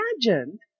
imagined